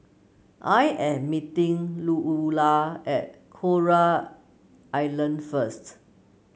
I am meeting Louella at Coral Island first